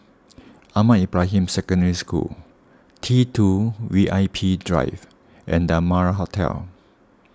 Ahmad Ibrahim Secondary School T two V I P Drive and the Amara Hotel